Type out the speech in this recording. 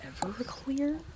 Everclear